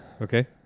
Okay